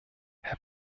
herr